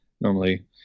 Normally